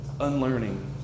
unlearning